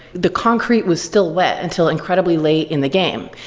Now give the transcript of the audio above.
the concrete was still wet until incredibly late in the game.